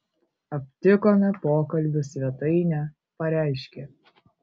aptikome pokalbių svetainę pareiškė